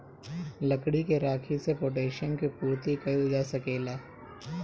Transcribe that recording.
लकड़ी के राखी से पोटैशियम के पूर्ति कइल जा सकेला